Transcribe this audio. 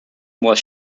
was